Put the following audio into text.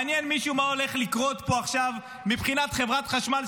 מעניין מישהו מה הולך לקרות פה עכשיו מבחינת חברת חשמל,